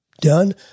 done